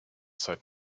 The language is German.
seit